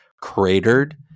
cratered